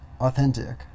authentic